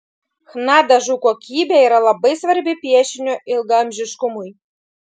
chna dažų kokybė yra labai svarbi piešinio ilgaamžiškumui